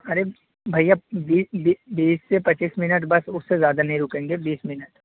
ارے بھیا بیس سے پچیس منٹ بس اس سے زیادہ نہیں رکیں گے بیس منٹ